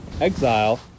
exile